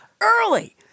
early